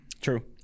True